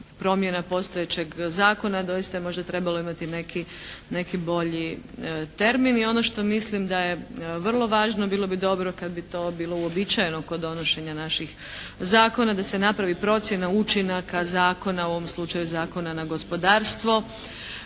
promjena postojećeg zakona doista je možda trebalo imati neki bolji termin i ono što mislim da je vrlo važno bilo bi dobro kad bi to bilo uobičajeno kod donošenja naših zakona da se napravi procjena učinaka zakona, u ovom slučaju Zakona na gospodarstvo